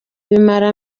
bimara